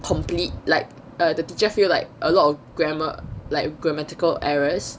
complete like the teacher feel like a lot of grammar like grammatical errors